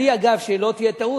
אגב, שלא תהיה טעות.